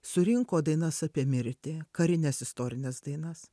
surinko dainas apie mirtį karines istorines dainas